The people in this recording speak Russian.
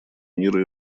мира